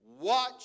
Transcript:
watch